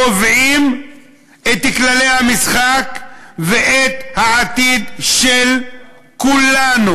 קובעים את כללי המשחק ואת העתיד של כולנו.